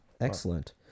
Excellent